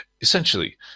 Essentially